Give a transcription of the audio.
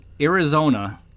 Arizona